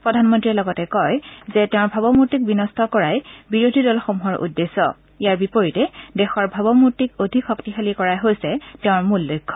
প্ৰধানমন্ত্ৰীয়ে কয় যে তেওঁৰ ভাৱমূৰ্তিক বিন্ট কৰাই বিৰোধী দলসমূহৰ উদ্দেশ্য ইয়াৰ বিপৰীতে দেশৰ ভাৱমূৰ্তিক অধিক শক্তিশালী কৰাই হৈছে তেওঁৰ মূল লক্ষ্য